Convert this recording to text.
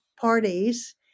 parties